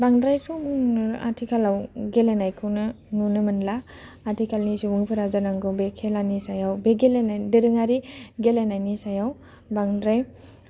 बांद्रायथ' बुंनो आथिखालाव गेलेनायखौनो नुनो मोनला आथिखालनि सुबुंफोरा जानांगौ बे खेलानि सायाव बे गेलेनायनि दोरोङारि गेलेनायनि सायाव बांद्राय